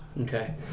Okay